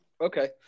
Okay